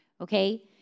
okay